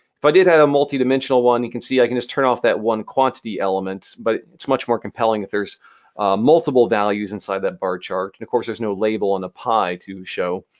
if i did have a multi-dimensional one, you can see i can just turn off that one quantity element, but it's much more compelling if there's multiple values inside that bar chart. of and course, there's no label on the pie to show.